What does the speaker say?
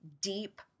deep